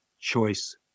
choice